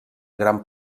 gran